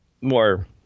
more